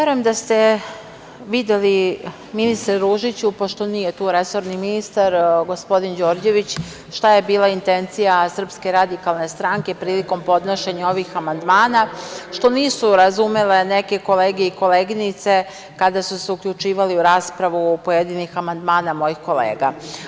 Verujem da ste videli, ministre Ružiću, pošto nije tu resorni ministar, gospodin Đorđević, šta je bila intencija SRS prilikom podnošenja ovih amandmana, a što nisu razumele neke kolege i koleginice kada su se uključivali u raspravu oko pojedinih amandmana mojih kolega.